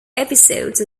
episodes